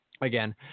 again